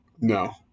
No